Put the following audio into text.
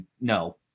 no